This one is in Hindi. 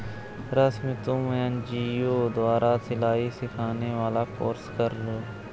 रश्मि तुम एन.जी.ओ द्वारा सिलाई सिखाने वाला कोर्स कर लो